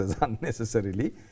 unnecessarily